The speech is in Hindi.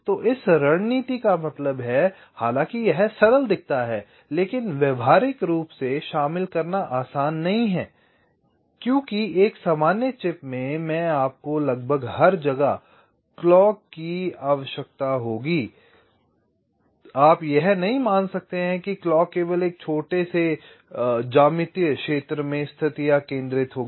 तो इस रणनीति का मतलब है हालांकि यह सरल दिखता है लेकिन व्यावहारिक रूप से शामिल करना आसान नहीं है क्योंकि एक सामान्य चिप में आपको लगभग हर जगह क्लॉक की आवश्यकता होगी आप यह नहीं मान सकते हैं कि क्लॉक केवल एक छोटे से ज्यामितीय क्षेत्र में स्थित या केंद्रित होंगी